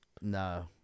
No